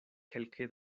kelke